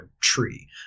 tree